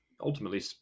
ultimately